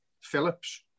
Phillips